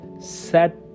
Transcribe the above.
set